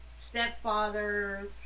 stepfather